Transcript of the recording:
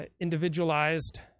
individualized